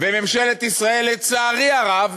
וממשלת ישראל, לצערי הרב,